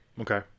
Okay